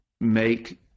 make